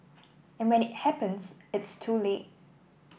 and when it happens it's too late